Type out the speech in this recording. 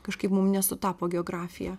kažkaip mum nesutapo geografija